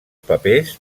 papers